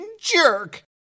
jerk